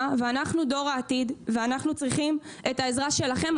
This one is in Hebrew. ואנחנו דור העתיד ואנחנו צריכים את העזרה שלכם.